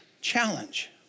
challenge